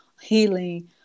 healing